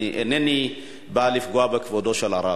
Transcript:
אינני בא לפגוע בכבודו של הרב.